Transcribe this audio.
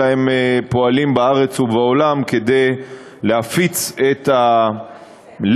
אלא הם פועלים בארץ ובעולם כדי להפיץ את הלקח,